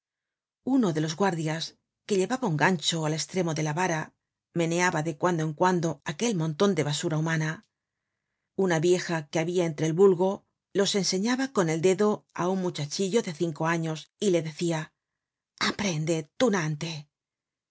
uno de los guardias que llevaba un gancho al estremo de la vara meneaba de cuando en cuando aquel monton de basura humana una vieja que habia entre el vulgo los enseñaba con el dedo á un muchachiuo de cinco años y le decia aprende tunante